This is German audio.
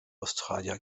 australier